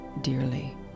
dearly